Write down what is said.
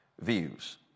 views